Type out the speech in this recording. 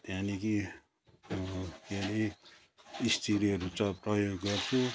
त्यादेखि के अरे इस्तिरीहरू चाहिँ प्रयोग गर्छु